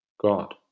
God